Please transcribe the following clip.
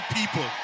people